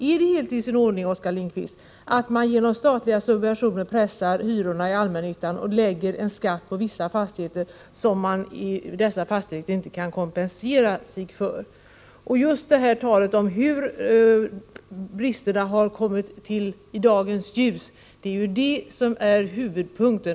Är det helt i sin ordning, Oskar Lindkvist, att man genom statliga subventioner pressar ner hyrorna i allmännyttans bostäder samtidigt som man på vissa fastigheter lägger en skatt som fastighetsägarna inte kan kompensera sig för? Här har talats om hur brister i förslaget har uppdagats. Det är ju detta som är huvudfrågan.